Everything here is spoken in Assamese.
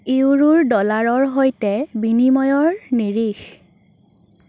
ইউৰোৰ ডলাৰৰ সৈতে বিনিময়ৰ নিৰিখ